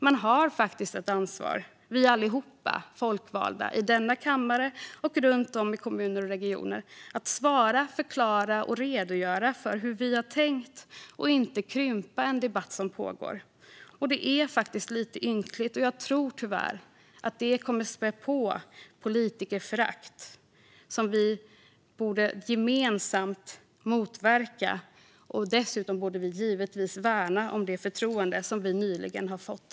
Man har faktiskt ett ansvar - det har alla vi folkvalda i denna kammare och runt om i kommuner och regioner - att svara, förklara och redogöra för hur vi har tänkt och inte krympa en debatt som pågår. Det är faktiskt lite ynkligt. Jag tror tyvärr att det kommer att spä på det politikerförakt som vi gemensamt borde motverka. Dessutom borde vi givetvis värna det förtroende som vi nyligen har fått.